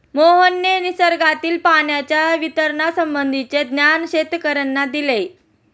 मोहनने निसर्गातील पाण्याच्या वितरणासंबंधीचे ज्ञान शेतकर्यांना दिले